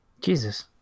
Jesus